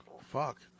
fuck